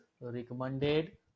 recommended